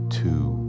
two